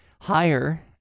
higher